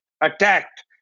attacked